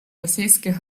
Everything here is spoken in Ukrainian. російських